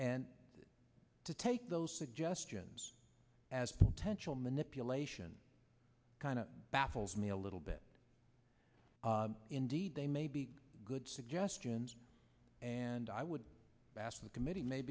and to take those suggestions as potential manipulation kind of baffles me a little bit indeed they may be good suggestions and i would ask the committee may